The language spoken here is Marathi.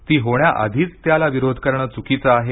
ती होण्याआधीच त्याला विरोध करणं चुकीचं आहे